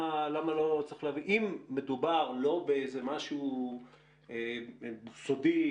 אם מדובר לא במשהו סודי,